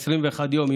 21 יום,